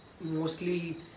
mostly